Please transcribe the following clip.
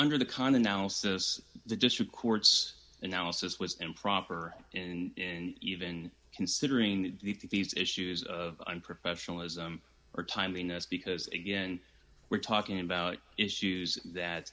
under the kind analysis the district court's analysis was improper in and even considering the these issues of unprofessionalism or timeliness because again we're talking about issues that